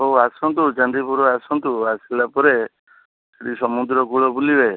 ହଉ ଆସନ୍ତୁ ଚାନ୍ଦିପୁର ଆସନ୍ତୁ ଆସିଲାପରେ ଏଠି ସମୁଦ୍ରକୂଳ ବୁଲିବେ